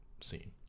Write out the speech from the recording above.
scene